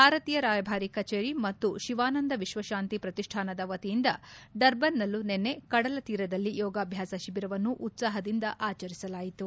ಭಾರತೀಯ ರಾಯಭಾರಿ ಕಚೇರಿ ಮತ್ತು ಶಿವಾನಂದ ವಿಶ್ವಕಾಂತಿ ಪ್ರತಿಷ್ಠಾನದ ವತಿಯಿಂದ ಡರ್ಬನ್ನಲ್ಲೂ ನಿನ್ನೆ ಕಡಲ ತೀರದಲ್ಲಿ ಯೋಗಾಭ್ಯಾಸ ಶಿಬಿರವನ್ನು ಉತ್ಸಾಹದಿಂದ ಆಚರಿಸಲಾಯಿತು